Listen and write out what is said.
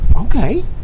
Okay